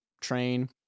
train